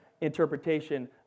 interpretation